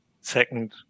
second